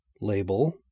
label